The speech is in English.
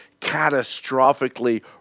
catastrophically